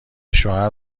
شوهر